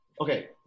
okay